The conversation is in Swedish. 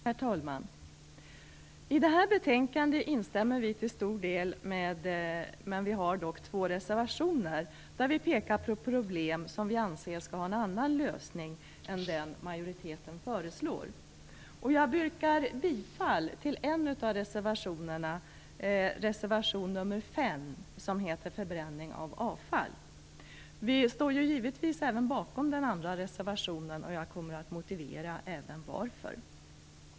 Herr talman! I det här betänkandet instämmer vi till stor del i utskottsmajoritetens skrivning, men vi har fogat två reservationer till betänkandet där vi pekar på problem som vi anser skall ha en annan lösning än den som majoriteten föreslår. Jag yrkar bifall till reservation 5 om förbränning av avfall. Vi står givetvis bakom även den andra reservationen, och jag kommer att motivera varför vi har skrivit den också.